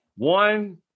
One